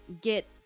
get